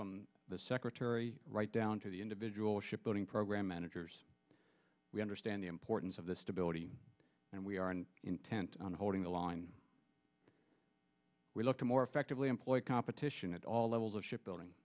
from the secretary right down to the individual ship building program managers we understand the importance of the stability and we are intent on holding the line we look to more effectively employ competition at all levels of shipbuilding